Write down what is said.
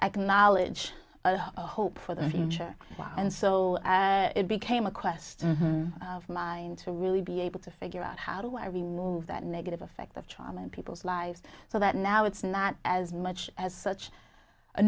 acknowledge a hope for the future and so it became a quest of mine to really be able to figure out how do i remove that negative effect of trauma in people's lives so that now it's not as much as such a